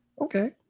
okay